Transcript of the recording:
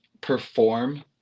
perform